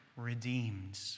Redeemed